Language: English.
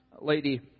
lady